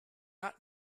not